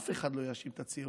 אף אחד לא יאשים את הציונות,